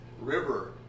river